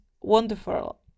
wonderful